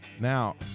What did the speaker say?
Now